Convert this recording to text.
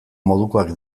modukoak